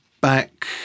back